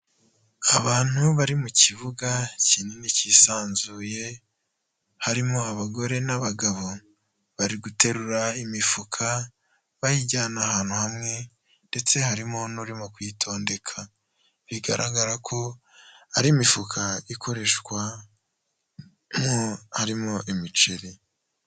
Abantu bari mu kibuga kinini kisanzuye, harimo abagore n'abagabo, bari guterura imifuka bayijyana ahantu hamwe ndetse harimo n'urimo kuyitondeka, bigaragara ko ari imifuka ikoreshwamo harimo imiceri.